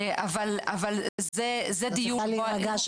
אבל זה דיון --- את יכולה להיות להירגע,